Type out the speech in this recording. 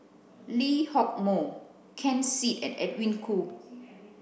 Lee Hock Moh Ken Seet and Edwin Koo